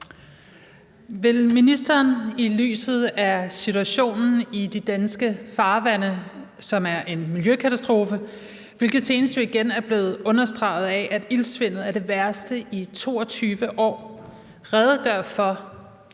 Vil ministeren – i lyset af at situationen i de danske farvande, som er en miljøkatastrofe, hvilket jo senest igen er blevet understreget af, at iltsvindet er det værste i 22 år – redegøre for,